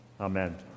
Amen